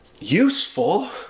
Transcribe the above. useful